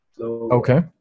Okay